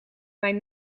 mijn